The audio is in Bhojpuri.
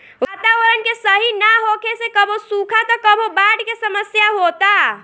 वातावरण के सही ना होखे से कबो सुखा त कबो बाढ़ के समस्या होता